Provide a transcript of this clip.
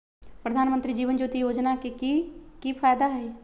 प्रधानमंत्री जीवन ज्योति योजना के की फायदा हई?